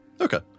Okay